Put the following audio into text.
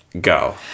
go